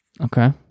okay